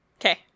Okay